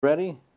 Ready